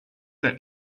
that